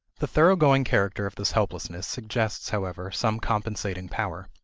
the thoroughgoing character of this helplessness suggests, however, some compensating power.